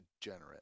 degenerate